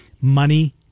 money